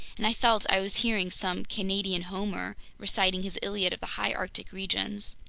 and i felt i was hearing some canadian homer reciting his iliad of the high arctic regions.